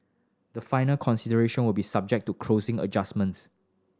the final consideration will be subject to closing adjustments